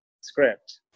script